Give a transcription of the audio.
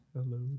Hello